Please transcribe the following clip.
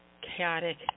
Chaotic